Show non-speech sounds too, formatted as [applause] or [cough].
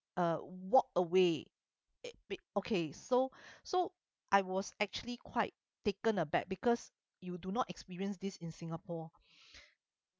uh walk away it it okay so so I was actually quite taken aback because you do not experience this in singapore [breath]